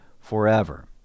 forever